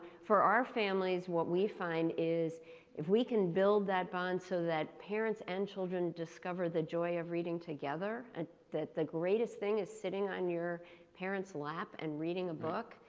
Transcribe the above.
for our families, what we find is if we can build that bond so that parents and children discover the joy of reading together and that the greatest thing is sitting on your parent's lap and reading a book.